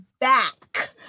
back